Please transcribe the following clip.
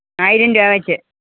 ആയിരം രൂപ വെച്ച്